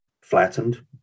flattened